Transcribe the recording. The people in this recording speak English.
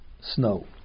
snow